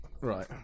Right